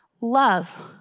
Love